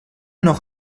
noch